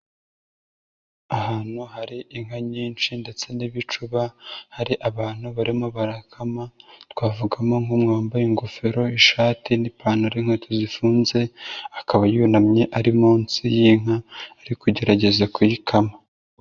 Ahantu hari inka nyinshi ndetse n'ibicuba hari abantu barimo barakama, twavugamo nk'umwe wambaye ingofero, ishati n'ipantaro, n'inkweto zifunze, akaba yunamye ari munsi y'inka ari kugerageza kuyikama.